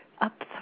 up